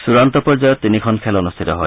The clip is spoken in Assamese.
চূডান্ত পৰ্যায়ত তিনিখন খেল অনুষ্ঠিত হয়